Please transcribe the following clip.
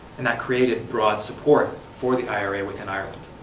and that created broad support for the ira within ireland.